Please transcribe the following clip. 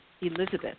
Elizabeth